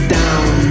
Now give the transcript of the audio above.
down